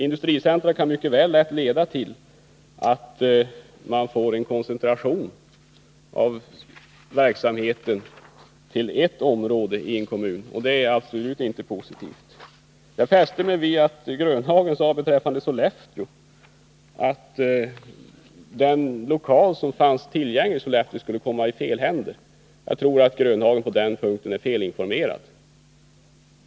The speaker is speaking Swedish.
Industricentra kan mycket väl leda till en koncentration av verksamheter till ett område i en kommun, och det är absolut inte positivt. Jag fäste mig vid att Nils-Olof Grönhagen sade att den lokal som finns tillgänglig i Sollefteå skulle komma i fel händer. Jag tror att Nils-Olof Grönhagen på den punkten är felinformerad.